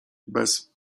bez